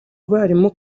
barimu